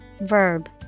verb